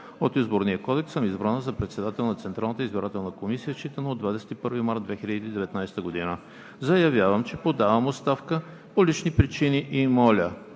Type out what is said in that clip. от Изборния кодекс съм избрана за председател на Централната избирателна комисия считано от 21 март 2019 г. Заявявам, че подавам оставка по лични причини и на